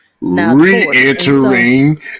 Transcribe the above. Re-entering